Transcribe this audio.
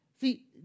See